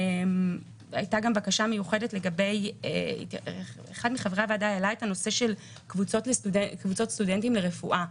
הייתה גם בקשה מיוחדת לגבי קבוצות סטודנטים לרפואה,